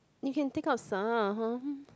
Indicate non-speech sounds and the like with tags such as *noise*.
you can take out some *laughs*